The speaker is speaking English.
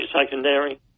secondary